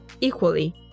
equally